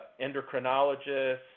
endocrinologists